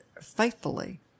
faithfully